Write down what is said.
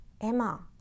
Emma